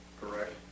correct